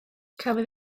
cafodd